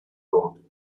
road